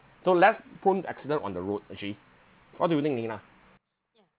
so less prone to accident on the road actually what do you think nina